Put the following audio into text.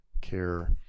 care